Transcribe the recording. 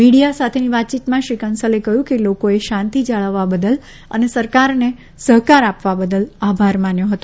media સાથેની વાતચીતમાં શ્રી કંસલે કહ્યું કે લોકોએ શાંતિ જાળવવા બદલ અને સરકારને સહકાર આપવા બદલ આભાર માન્યો હતો